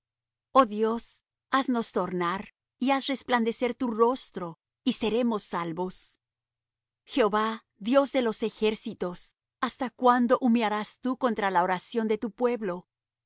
oh dios haznos tornar y haz resplandecer tu rostro y seremos salvos jehová dios de los ejércitos hasta cuándo humearás tú contra la oración de tu pueblo